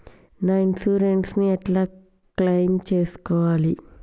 నా ఇన్సూరెన్స్ ని ఎట్ల క్లెయిమ్ చేస్కోవాలి?